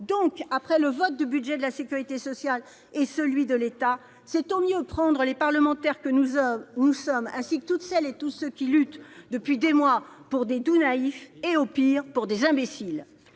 donc, le vote sur le budget de la sécurité sociale et sur celui de l'État -, c'est au mieux prendre les parlementaires que nous sommes ainsi que toutes celles et tous ceux qui luttent depuis des mois pour de doux naïfs, au pire pour des imbéciles